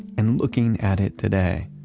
and looking at it today,